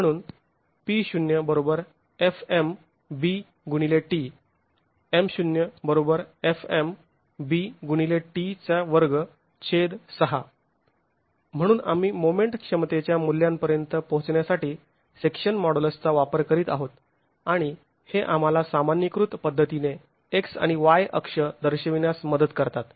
म्हणून म्हणून आम्ही मोमेंट क्षमतेच्या मूल्यांपर्यंत पोहोचण्यासाठी सेक्शन मॉडुलसचा वापर करीत आहोत आणि हे आम्हाला सामान्यीकृत पद्धतीने x आणि y अक्ष दर्शनविण्यास मदत करतात